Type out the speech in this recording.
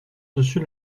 dessus